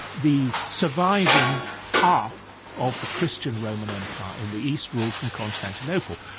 the surviving half of the christian roman empire in the east, ruled from constantinople.